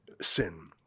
sin